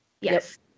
Yes